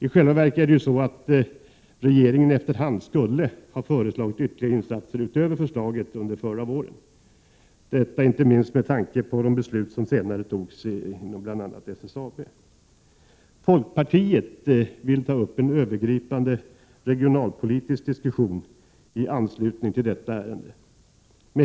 I själva verket är det så att regeringen i efterhand skulle ha föreslagit insatser utöver förslaget under förra våren, detta inte minst med tanke på de beslut som senare fattades inom bl.a. SSAB. Folkpartiet vill ta upp en övergripande regionalpolitisk diskussion i anslutning till detta ärende.